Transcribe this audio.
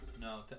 No